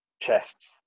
chests